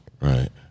Right